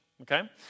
okay